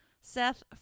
Seth